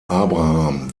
abraham